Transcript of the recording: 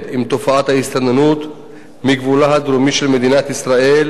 עם תופעת ההסתננות מגבולה הדרומי של מדינת ישראל,